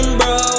bro